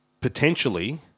potentially